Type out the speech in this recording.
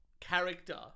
character